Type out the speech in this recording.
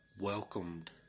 welcomed